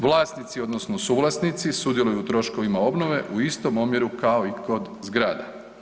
Vlasnici odnosno suvlasnici sudjeluju u troškovima obnove u istom omjeru kao i kod zgrada.